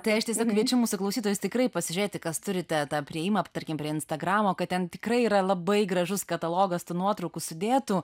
tai aš tiesiog kviečiu mūsų klausytojus tikrai pasižiūrėti kas turite tą priėjimą tarkim prie instagramo kad ten tikrai yra labai gražus katalogas tų nuotraukų sudėtų